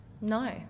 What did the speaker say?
No